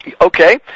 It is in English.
Okay